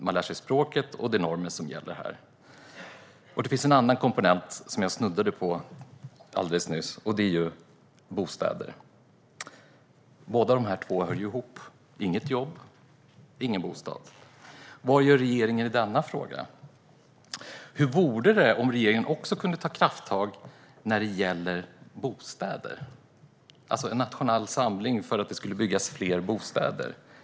Man lär sig språket och de normer som gäller här. Men det finns en annan komponent som jag snuddade vid alldeles nyss, och det är bostäder. De här två hör ihop - inget jobb, ingen bostad. Vad gör regeringen i denna fråga? Hur vore det om regeringen kunde ta krafttag också när det gäller bostäder, alltså en nationell samling för att det ska byggas fler bostäder?